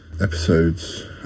episodes